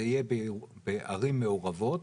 זה יהיה בערים מעורבות